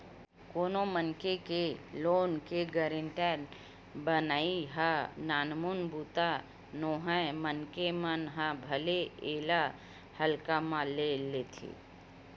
कोनो मनखे के लोन के गारेंटर बनई ह नानमुन बूता नोहय मनखे मन ह भले एला हल्का म ले लेथे